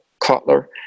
Cutler